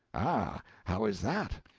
ah! how is that?